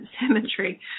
cemetery